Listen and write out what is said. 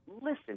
listen